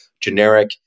generic